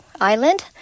Island